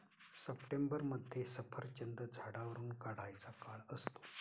सप्टेंबरमध्ये सफरचंद झाडावरुन काढायचा काळ असतो